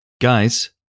Guys